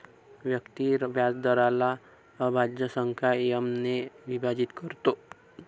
व्यक्ती व्याजदराला अभाज्य संख्या एम ने विभाजित करतो